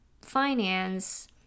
finance